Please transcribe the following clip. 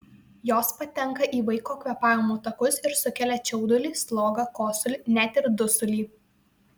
jos patenka į vaiko kvėpavimo takus ir sukelia čiaudulį slogą kosulį net ir dusulį